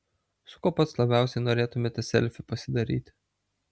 su kuo pats labiausiai norėtumėte selfį pasidaryti